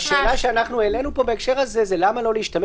השאלה שאנחנו העלינו פה בהקשר הזה היא למה לא להשתמש